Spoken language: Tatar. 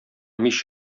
мич